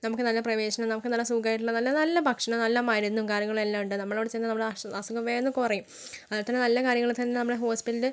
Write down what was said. നമുക്ക് നല്ല പ്രവേശനോം നമുക്ക് നല്ല സുഖമായിട്ടുള്ള നല്ല നല്ല ഭക്ഷണോം നല്ല മരുന്നും കാര്യങ്ങളും എല്ലാം ഉണ്ട് നമ്മളവിടെ ചെന്ന് നമ്മുടെ അസുഖം വേഗമൊന്ന് കുറയും അതുപോലെത്തന്നെ നല്ല കാര്യങ്ങളൊക്കെ തന്നെ നമ്മുടെ ഹോസ്പിറ്റല്